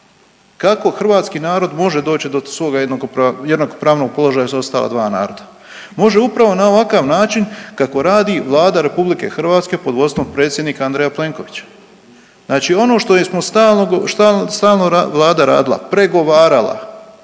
kako hrvatski narod može doći do svoga jednakopravnog položaja uz ostala dva naroda? Može upravo na ovakav način kako radi Vlada RH pod vodstvom predsjednika Andreja Plenkovića, znači ono što smo stalno, stalno, stalno vlada radila, pregovarala.